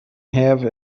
have